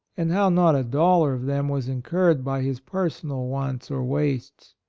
and how not a dollar of them was incurred by his personal wants or wastes.